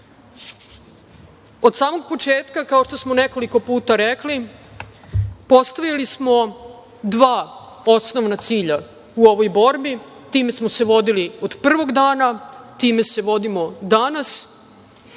samog početka, kao što smo nekoliko puta rekli, postavili smo dva osnovna cilja u ovoj borbi, time smo se vodili od prvog dana, time se vodimo danas